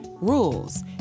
Rules